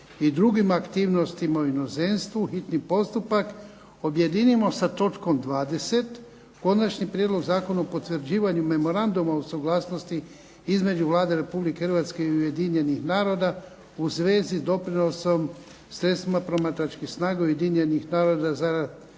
i drugim aktivnostima u inozemstvu, hitni postupak objedinimo sa točkom 20 Konačni prijedlog Zakona o potvrđivanju memoranduma o suglasnosti između Vlade Republike Hrvatske i Ujedinjenih naroda u svezi s doprinosom sredstvima promatračkih snaga Ujedinjenih naroda za